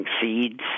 seeds